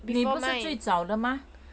你不是最早的 mah